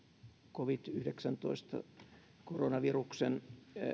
covid yhdeksäntoista koronaviruksen